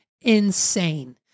insane